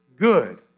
good